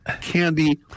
candy